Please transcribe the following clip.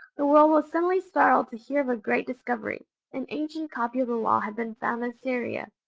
the world was suddenly startled to hear of a great discovery an ancient copy of the law had been found in syria.